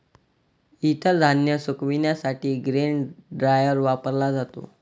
इतर धान्य सुकविण्यासाठी ग्रेन ड्रायर वापरला जातो